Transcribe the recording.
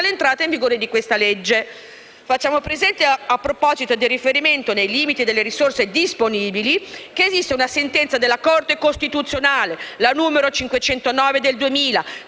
dall'entrata in vigore di questa legge. Facciamo presente, a proposito dei riferimenti ai limiti delle risorse disponibili, che esiste la sentenza della Corte costituzionale n. 509 del 2000